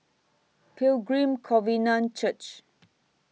Pilgrim Covenant Church